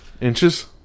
inches